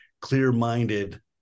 clear-minded